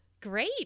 Great